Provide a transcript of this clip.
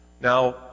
Now